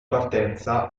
partenza